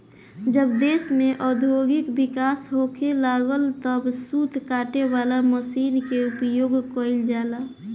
जब देश में औद्योगिक विकास होखे लागल तब सूत काटे वाला मशीन के उपयोग गईल जाला